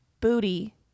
booty